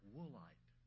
Woolite